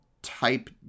type